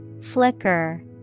flicker